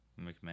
McMahon